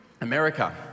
America